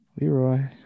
Leroy